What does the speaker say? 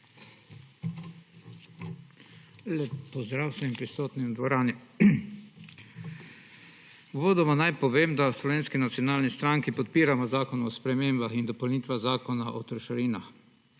pozdrav vsem prisotnim v dvorani! Uvodoma naj povem, da v Slovenski nacionalni stranki podpiramo Zakon o spremembah in dopolnitvah Zakona o trošarinah.